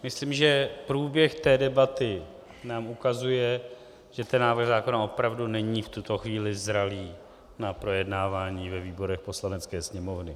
Myslím, že průběh debaty nám ukazuje, že ten návrh zákona opravdu není v tuto chvíli zralý na projednávání ve výborech Poslanecké sněmovny.